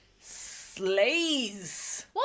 slays